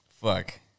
Fuck